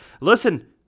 Listen